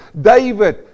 David